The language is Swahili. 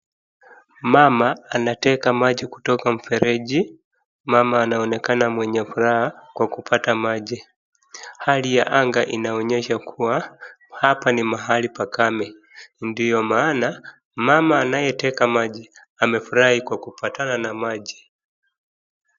Mama anateka maji kutoka mfereji, mama anaonekana mwenye furaha kwa kupata maji. Hali ya anga inaonyesha kuwa hapa ni mahali pakame, ndio maana mama anayeteka maji amefurahi kwa kupatana na maji.